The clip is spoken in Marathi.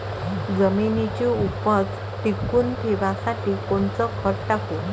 जमिनीची उपज टिकून ठेवासाठी कोनचं खत टाकू?